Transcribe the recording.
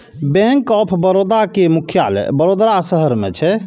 bank of Baroda के मुख्यालय वडोदरा शहर मे छै